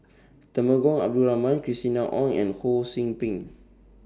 Temenggong Abdul Rahman Christina Ong and Ho SOU Ping